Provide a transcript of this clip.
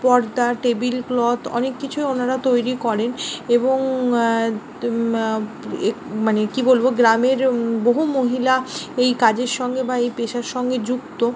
পর্দা table cloth অনেক কিছুই ওনারা তৈরি করেন এবং মানে কী বলব গ্রামের বহু মহিলা এই কাজের সঙ্গে বা এই পেশার সঙ্গে যুক্ত